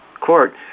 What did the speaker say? Court